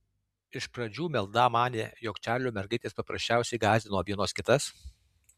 iš pradžių meldą manė jog čarliu mergaitės paprasčiausiai gąsdino vienos kitas